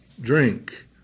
drink